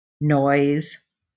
noise